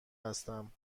هستم